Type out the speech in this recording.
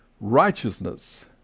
righteousness